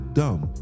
dumb